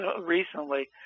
recently